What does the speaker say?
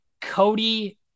Cody